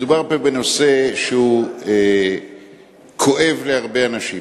מדובר פה בנושא שכואב להרבה אנשים.